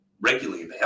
regularly